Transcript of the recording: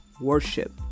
Worship